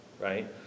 right